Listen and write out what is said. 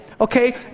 Okay